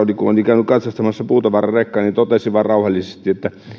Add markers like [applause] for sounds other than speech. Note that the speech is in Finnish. [unintelligible] oli käynyt katsastamassa tuumasi ja totesi vain rauhallisesti että